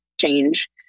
change